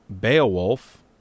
Beowulf